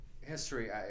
history